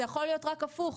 זה יכול להיות רק הפוך,